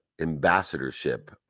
ambassadorship